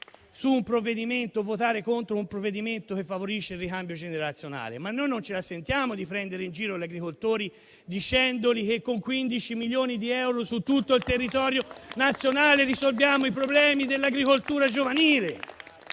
su un provvedimento o votare contro un provvedimento che favorisce il ricambio generazionale. Ma noi non ce la sentiamo di prendere in giro gli agricoltori, dicendo loro che con 15 milioni di euro su tutto il territorio nazionale risolviamo i problemi dell'agricoltura giovanile.